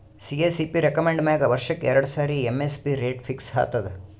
CACP recommend ಮ್ಯಾಗ್ ವರ್ಷಕ್ಕ್ ಎರಡು ಸಾರಿ ಎಮ್.ಎಸ್.ಪಿ ರೇಟ್ ಫಿಕ್ಸ್ ಆತದ್